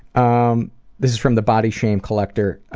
um this is from the body shame collector,